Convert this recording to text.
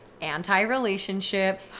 anti-relationship